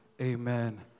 amen